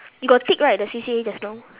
you got tick right the C_C_A just now